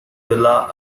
villa